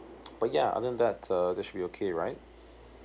but yeah other than that uh that should be okay right